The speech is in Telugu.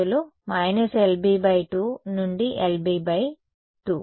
− LB 2 నుండి LB 2